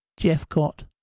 Jeffcott